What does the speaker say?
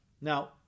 Now